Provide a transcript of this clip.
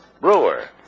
Brewer